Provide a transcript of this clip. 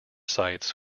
sites